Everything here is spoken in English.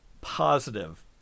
positive